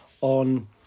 on